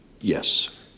Yes